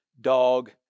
dog